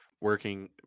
working